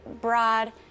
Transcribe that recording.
broad